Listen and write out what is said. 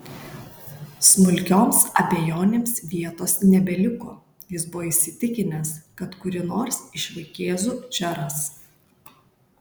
smulkioms abejonėms vietos nebeliko jis buvo įsitikinęs kad kurį nors iš vaikėzų čia ras